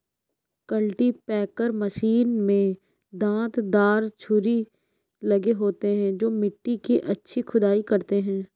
cultipacker machine में दांत दार छुरी लगे होते हैं जो मिट्टी की अच्छी खुदाई करते हैं